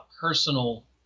personal